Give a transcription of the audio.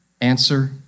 Answer